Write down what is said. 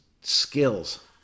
skills